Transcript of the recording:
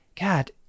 God